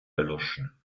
erloschen